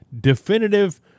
definitive